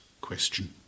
question